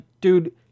dude